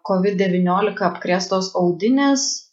kovid devyniolika apkrėstos audinės